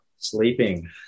sleeping